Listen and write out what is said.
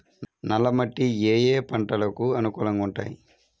నల్ల మట్టి ఏ ఏ పంటలకు అనుకూలంగా ఉంటాయి?